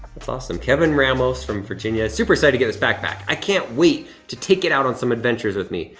that's awesome, kevin ramos from virginia, super excited so to get this backpack. i can't wait to take it out on some adventures with me.